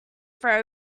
throw